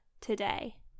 today